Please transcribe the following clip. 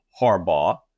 Harbaugh